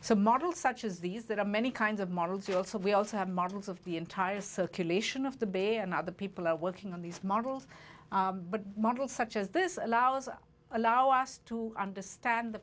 so models such as these that are many kinds of models are also we also have models of the entire circulation of the bear and other people are working on these models but models such as this allows allow us to understand the